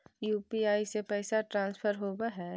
UPI से पैसा transfer होवहै?